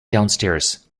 downstairs